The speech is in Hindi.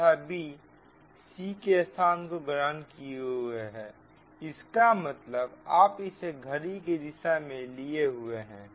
तथा b c के स्थान को ग्रहण किए हुए हैं इसका मतलब आप इसे घड़ी की दिशा में लिए हुए हैं